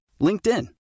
LinkedIn